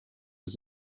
aux